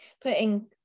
putting